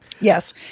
Yes